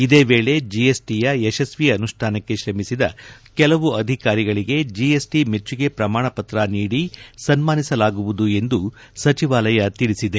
ಇದೇ ವೇಳೆ ಜಿಎಸ್ ಟಿಯ ಯಶಸ್ವಿ ಅನುಷ್ಲಾನಕ್ಕೆ ತ್ರಮಿಸಿದ ಕೆಲವು ಅಧಿಕಾರಿಗಳಿಗೆ ಜಿಎಸ್ ಟಿ ಮೆಚ್ಚುಗೆ ಪ್ರಮಾಣಪತ್ರ ನೀಡಿ ಸನ್ನಾನಿಸಲಾಗುವುದು ಎಂದು ಸಚಿವಾಲಯ ಹೇಳಿದೆ